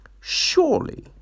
surely